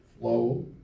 flow